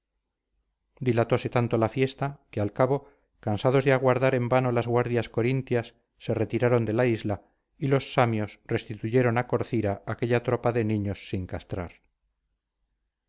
dilatóse tanto la fiesta que al cabo cansadas de aguardar en vano las guardias corintias se retiraron de la isla y los samios restituyeron a corcira aquella tropa de niños sin castrar